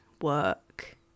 work